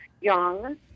young